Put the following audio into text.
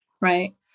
right